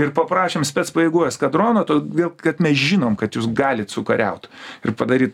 ir paprašėm specpajėgų eskadrono todėl kad mes žinom kad jūs galit sukariaut ir padaryt